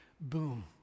boom